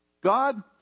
God